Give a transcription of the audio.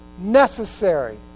necessary